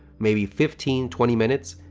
maybe fifteen, twenty minutes,